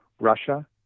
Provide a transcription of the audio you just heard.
Russia